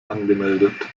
angemeldet